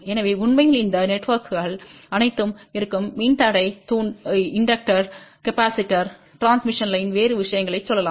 எனவே உண்மையில் இந்த நெட்வொர்க்குகள் அனைத்தும் இருக்கும் மின்தடை தூண்டல் மின்தேக்கி டிரான்ஸ்மிஷன்க் லைன் வேறு விஷயங்களைச் சொல்லலாம்